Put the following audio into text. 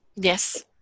Yes